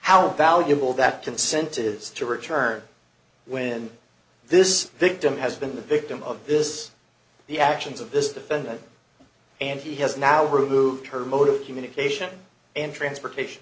how valuable that consent is to return when this victim has been the victim of this the actions of this defendant and he has now removed her mode of communication and transportation